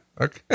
Okay